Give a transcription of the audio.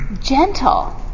gentle